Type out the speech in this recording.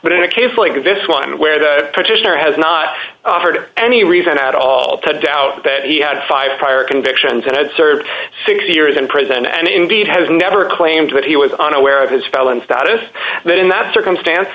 but in a case like this one where the petitioner has not offered any reason at all to doubt that he had five prior convictions and had served six years in prison and indeed has never claimed that he was unaware of his felon status then in that circumstance